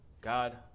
God